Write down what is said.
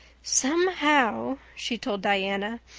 somehow, she told diana,